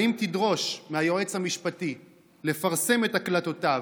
1. האם תדרוש מהיועץ המשפטי לפרסם את הקלטותיו,